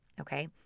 okay